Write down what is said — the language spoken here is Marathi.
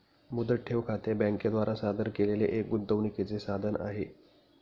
मुदत ठेव खाते बँके द्वारा सादर केलेले एक गुंतवणूकीचे साधन आहे